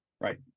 Right